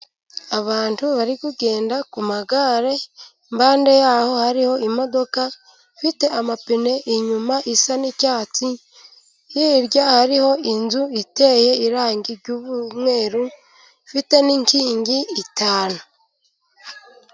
Abantu bari kugenda ku magare，Impande yaho hari imodoka ifite amapine, inyuma isa n'icyatsi，hirya hariho irangi ry'umweru, ifite n'inkingi eshanu.